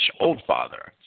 Oldfather